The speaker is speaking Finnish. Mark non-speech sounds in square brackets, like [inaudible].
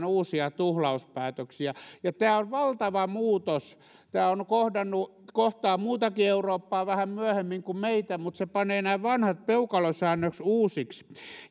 [unintelligible] uusia tuhlauspäätöksiä tämä on valtava muutos tämä kohtaa muutakin eurooppaa vähän myöhemmin kuin meitä mutta se panee nämä vanhat peukalosäännöt uusiksi